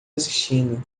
assistindo